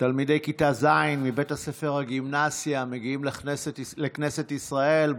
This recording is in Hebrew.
תלמידי כיתה ז' מבית הספר הגימנסיה שמגיעים לכנסת ישראל,